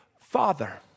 Father